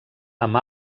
amb